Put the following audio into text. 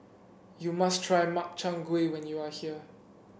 you must try Makchang Gui when you are here